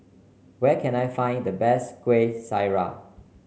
where can I find the best Kueh Syara